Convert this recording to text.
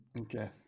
Okay